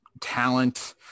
talent